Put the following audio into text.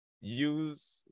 Use